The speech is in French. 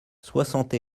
soixante